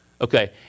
Okay